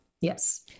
Yes